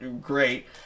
great